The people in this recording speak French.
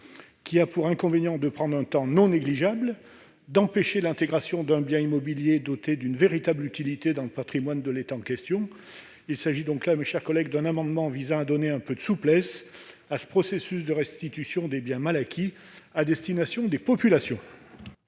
qui a pour inconvénient de prendre un temps non négligeable et d'empêcher l'intégration d'un bien immobilier doté d'une véritable utilité dans le patrimoine de l'État en question. Il s'agit donc d'un amendement de bon sens et de simplification, qui vise à donner un peu de souplesse à ce processus de restitution des biens mal acquis, et ce au bénéfice des populations.